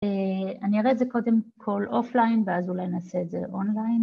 אני אראה את זה קודם כל אופליין ואז אולי נעשה את זה אונליין